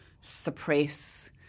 suppress